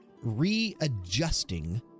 readjusting